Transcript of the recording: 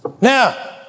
Now